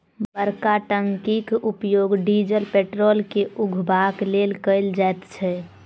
बड़का टंकीक उपयोग डीजल पेट्रोल के उघबाक लेल कयल जाइत छै